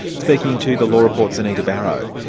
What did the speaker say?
speaking to the law report's anita barraud.